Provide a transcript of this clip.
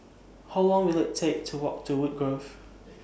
How Long Will IT Take to Walk to Woodgrove